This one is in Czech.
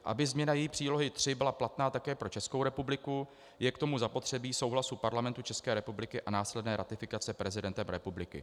Aby změna její přílohy III byla platná také pro Českou republiku, je k tomu zapotřebí souhlasu Parlamentu ČR a následné ratifikace prezidentem republiky.